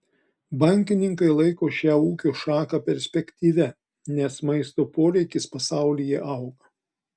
bankininkai laiko šią ūkio šaką perspektyvia nes maisto poreikis pasaulyje auga